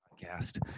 cast